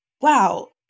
wow